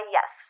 Yes